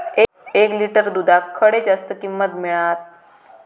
एक लिटर दूधाक खडे जास्त किंमत मिळात?